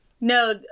No